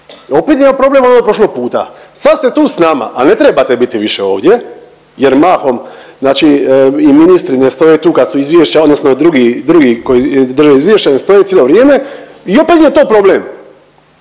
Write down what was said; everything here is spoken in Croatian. Opet imamo problem onog prošlog puta. Sad ste tu sa nama a ne trebate biti više ovdje, jer mahom znači i ministri ne stoje tu kad su izvješća, odnosno drugi koji drže izvješća ne stoje cijelo vrijeme i opet je to problem.